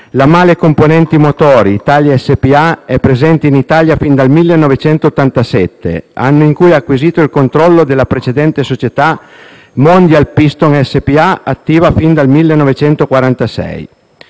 La Mahle Componenti Motori Italia SpA è presente in Italia fin dal 1987, anno in cui ha acquisito il controllo della precedente società Mondial Piston SpA, attiva fin dal 1946.